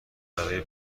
برای